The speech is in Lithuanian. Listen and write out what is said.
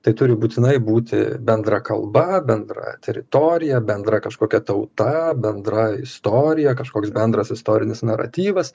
tai turi būtinai būti bendra kalba bendra teritorija bendra kažkokia tauta bendra istorija kažkoks bendras istorinis naratyvas